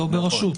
לא ברשות.